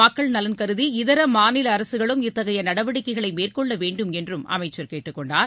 மக்கள் நலன் கருதி இதரமாநிலஅரசுகளும் இத்தகையநடவடிக்கைகளைமேற்கொள்ளவேண்டும் என்றும் அமைச்சர் கேட்டுக்கொண்டார்